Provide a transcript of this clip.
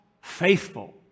faithful